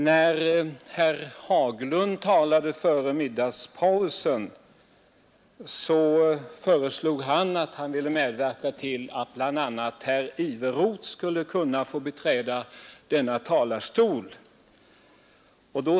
När herr Haglund talade före middagspausen, sade han att han ville medverka till att bl.a. herr Iveroth skulle få beträda denna talarstol.